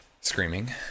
Screaming